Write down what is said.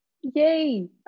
Yay